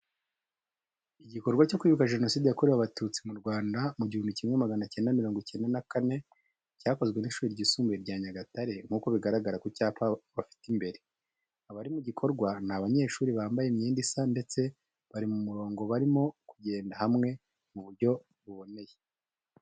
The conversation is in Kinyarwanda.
Igikorwa cyo kwibuka Jenoside yakorewe abatutsi mu Rwanda mu gihumbi kimwe magana cyenda mirongo icyenda na kane cyakozwe n'ishuri ryisumbuye rya Nyagatare nk’uko bigaragara ku gicapo abafite imbere. Abari mu gikorwa ni abanyeshuri bambaye imyenda isa ndetse bari mu murongo barimo kugendera hamwe mu buryo buboneye.